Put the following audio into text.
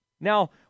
Now